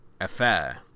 affair